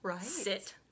sit